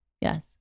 Yes